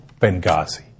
Benghazi